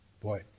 boy